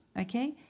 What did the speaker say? okay